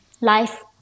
life